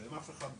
שאין אף אחד,